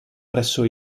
presso